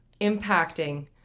impacting